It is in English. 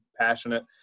passionate